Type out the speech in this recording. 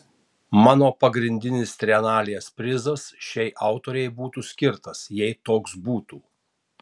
mano pagrindinis trienalės prizas šiai autorei būtų skirtas jei toks būtų